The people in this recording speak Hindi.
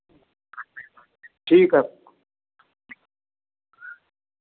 ठीक है